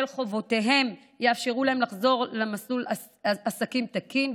חובותיהם יאפשר להם לחזור למסלול עסקים תקין,